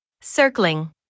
Circling